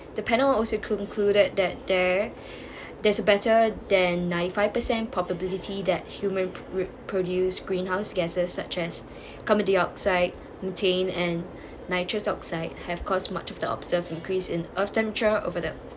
the panel also concluded that there there's a better than ninety five percent probability that human reproduce greenhouse gases such as carbon dioxide methane and nitrous oxide have caused much of the observe increase in of the temperature over them